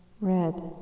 red